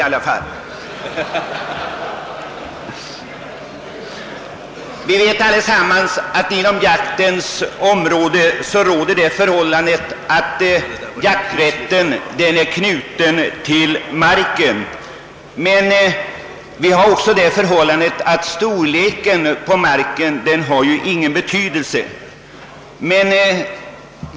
Jakträtten i vårt land är knuten till marken, men arealens storlek har därvid ingen betydelse.